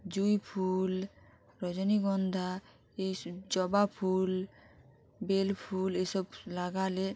জুঁই ফুল রজনীগন্ধা এইস জবা ফুল বেল ফুল এইসব লাগালে